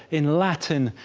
in latin,